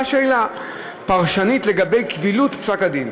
שאלה פרשנית לגבי קבילות פסק-הדין.